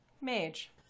mage